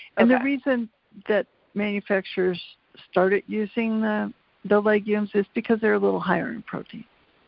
and the reason that manufacturers started using the the legumes is because they're a little higher in protein,